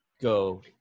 go